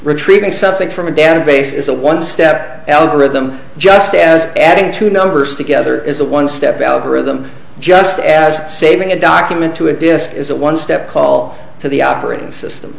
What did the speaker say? something from a database is a one step algorithm just as adding two numbers together is a one step algorithm just as saving a document to a disk is it one step call to the operating system